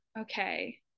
Okay